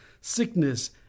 Sickness